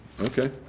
Okay